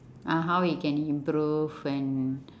ah how he can improve and